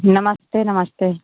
नमस्ते नमस्ते